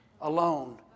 alone